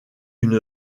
une